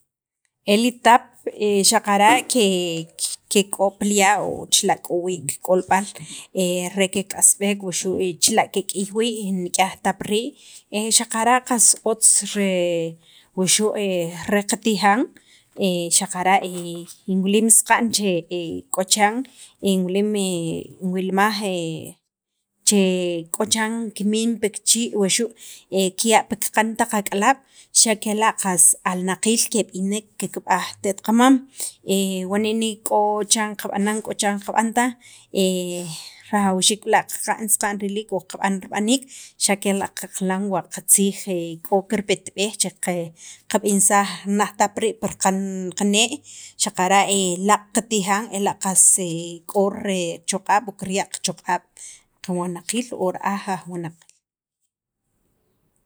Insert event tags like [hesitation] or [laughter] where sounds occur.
E li tap [hesitation] xaqara' [noise] ke ke k'ob' pi li ya', o chila' k'o wii' kik'olb'al re kek'asb'ek wuxu' chila kek'iy wii' nik'yaj tap rii' xaqara' qas otz re wuxu' re qatijan [hesitation] xaqara' [hesitation] in wilim [hesitation] k'o chiran inwilmaj che k'o chan kimin pi kichii' wuxu' pi kiqan taq ak'alaab' xa' kela' qas alnaqiil keb'inek kikb'aj qate't qamam k'o chiran qab'anan k'o chiran qab'an taj [hesitation] rajawxiik b'la' qab'an saqa'n riliik o qab'an riliik xa' kela' qaqilan wa qatziij k'o kirpetb'ej che qab'insaj naj tap rii' pi raqan qanee' xaqara' laaq' katijan ela' qas [hesitation] k'o re richoq'ab' o kirya' richoq'ab' qawunaqiil o ra'aj aj wunaq.